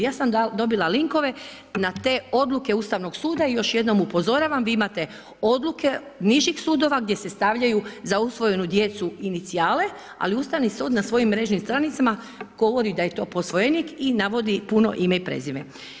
Ja sam dobila linkove na te odluke Ustavnog suda i još jednom upozoravam, vi imate odluke nižih sudova gdje se stavljaju za usvojenu djecu inicijali ali Ustavni sud na svojim mrežnim stranicama govori da je to posvojenik i navodi puno ime i prezime.